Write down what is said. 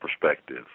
perspective